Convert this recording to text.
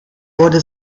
wurde